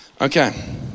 Okay